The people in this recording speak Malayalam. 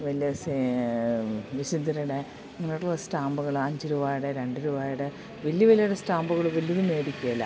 വലിയ സേ വിശുദ്ധരുടെ ഇങ്ങനെയായിട്ടുള്ള സ്റ്റാമ്പുകൾ അഞ്ച് രൂപയുടെ രണ്ട് രൂപയുടെ വലിയ വിലയുടെ സ്റ്റാമ്പുകൾ വലിയത് മേടിക്കുകയില്ല